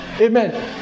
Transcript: Amen